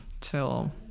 Till